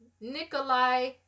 Nikolai